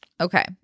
Okay